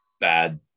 bad